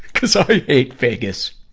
cuz i hate vegas.